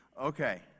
Okay